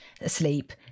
asleep